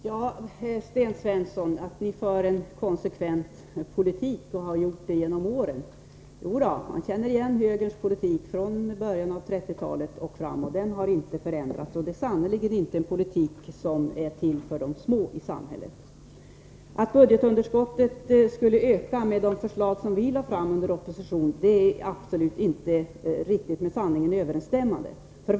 Fru talman! Sten Svensson säger att moderaterna har fört en konsekvent politik genom åren. Ja då, man känner igen högerns politik från början av 1930-talet och framåt. Den har inte förändrats, men den är sannerligen inte en politik som är till för de små i samhället. Att budgetunderskottet skulle ha ökat med de förslag vi lade fram under oppositionstiden är absolut inte med sanningen överensstämmande.